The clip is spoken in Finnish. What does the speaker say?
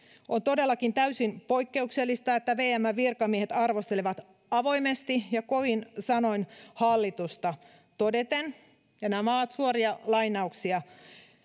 on todellakin täysin poikkeuksellista että vmn virkamiehet arvostelevat avoimesti ja kovin sanoin hallitusta todeten ja nämä ovat suoria lainauksia